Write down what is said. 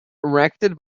erected